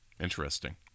interesting